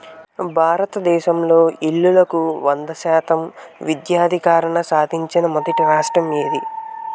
భారతదేశంలో ఇల్లులకు వంద శాతం విద్యుద్దీకరణ సాధించిన మొదటి రాష్ట్రం ఏది?